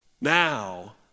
now